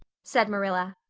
said marilla.